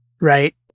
Right